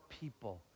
people